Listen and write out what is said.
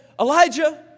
Elijah